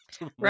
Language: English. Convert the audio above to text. right